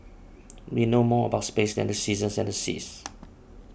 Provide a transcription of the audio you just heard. we know more about space than the seasons and the seas